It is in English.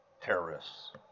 terrorists